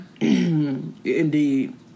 Indeed